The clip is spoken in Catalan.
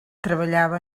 treballava